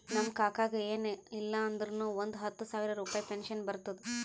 ನಮ್ ಕಾಕಾಗ ಎನ್ ಇಲ್ಲ ಅಂದುರ್ನು ಒಂದ್ ಹತ್ತ ಸಾವಿರ ರುಪಾಯಿ ಪೆನ್ಷನ್ ಬರ್ತುದ್